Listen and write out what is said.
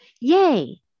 Yay